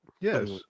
Yes